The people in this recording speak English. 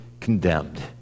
condemned